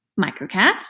microcast